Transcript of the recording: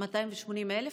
280,000?